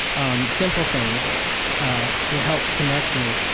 um simple things ah ah that help connect me.